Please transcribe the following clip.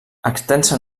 extensa